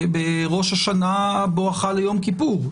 ראש השנה בואכה יום כיפור.